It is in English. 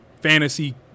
Fantasy